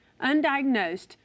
undiagnosed